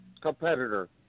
competitor